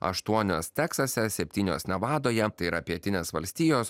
aštuonios teksase septynios nevadoje tai yra pietinės valstijos